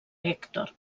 hèctor